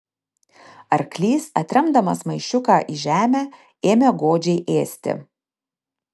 arklys atremdamas maišiuką į žemę ėmė godžiai ėsti